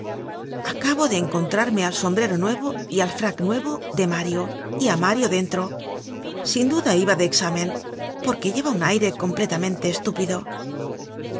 acabo de encontrarme al sombrero nuevo y al frac nuevo de mario y á mario dentro sin duda iba de exámen porque llevaba un aire completamente estúpido